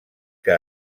que